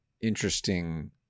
interesting